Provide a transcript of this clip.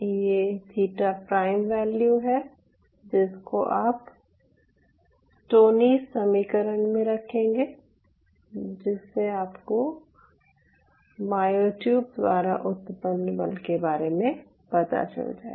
यह theta prime value है जिसको आप स्टोनीज़ समीकरण Stoney's equation में रखेंगे जिससे आपको मायोट्यूब द्वारा उत्पन्न बल के बारे में पता चल जायेगा